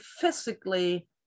physically